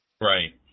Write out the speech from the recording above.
Right